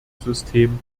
system